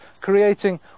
creating